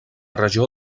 regió